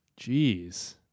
Jeez